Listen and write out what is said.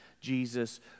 Jesus